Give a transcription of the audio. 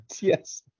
Yes